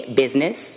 business